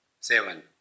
seven